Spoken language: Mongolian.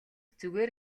зүгээр